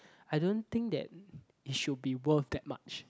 I don't think that it should be worth that much